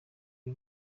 iri